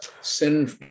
sin